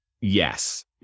yes